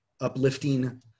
uplifting